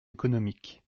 économique